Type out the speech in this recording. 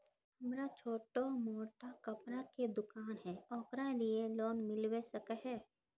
हमरा छोटो मोटा कपड़ा के दुकान है ओकरा लिए लोन मिलबे सके है?